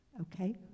Okay